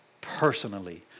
personally